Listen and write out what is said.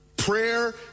Prayer